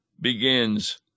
begins